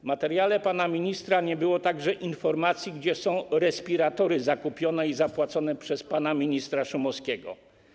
W materiale pana ministra nie było także informacji, gdzie są respiratory zakupione i opłacone przez pana ministra Szumowskiego.